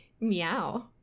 meow